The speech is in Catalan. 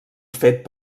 fet